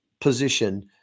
position